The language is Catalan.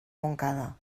montcada